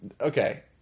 Okay